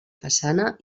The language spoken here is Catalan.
façana